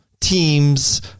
Teams